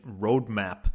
Roadmap